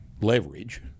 leverage